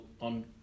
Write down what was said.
on